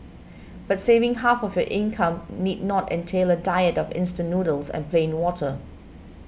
but saving half of your income need not entail a diet of instant noodles and plain water